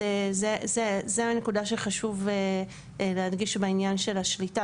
זה הנקודה שחשוב להדגיש בעניין של השליטה